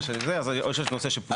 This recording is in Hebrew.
אה, יש נושא נוסף שפוצל?